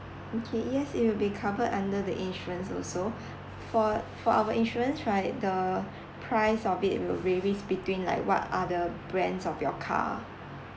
okay yes it will be covered under the insurance also for for our insurance right the price of it will varies between like what other brands of your car